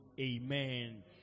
Amen